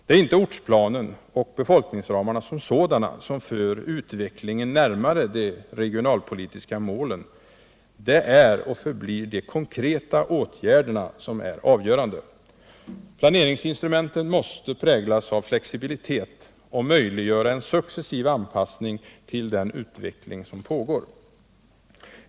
Det är inte ortsplanen och befolkningsramarna som sådana som för utvecklingen närmare de regionalpolitiska målen. Det är de konkreta åtgärderna som är avgörande. Planeringsinstrumenten måste präglas av flexibilitet och möjliggöra en anpassning till den utveckling som pågår.